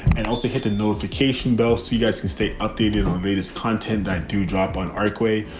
and also hit the notification bell so you guys can stay updated on the vegas. content. i do drop on archway.